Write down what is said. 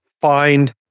find